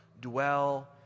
dwell